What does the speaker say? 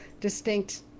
distinct